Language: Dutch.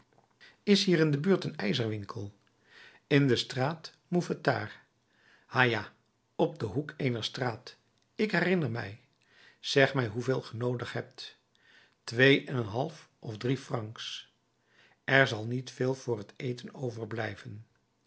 is hier in de buurt een ijzerwinkel in de straat mouffetard ha ja op den hoek eener straat ik herinner mij zeg mij hoeveel ge noodig hebt twee en een half of drie francs er zal niet veel voor het eten overblijven